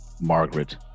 Margaret